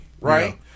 right